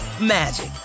magic